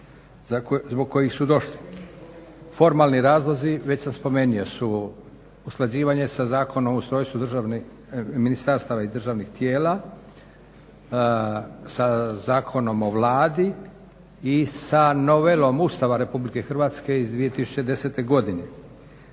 zbog kojih su došli. Formalni razlozi već sam spomenuo su usklađivanje sa Zakonom o ustrojstvu ministarstava i državnih tijela, sa Zakonom o Vladi i sa novelom Ustava Republike Hrvatske iz 2010. godine.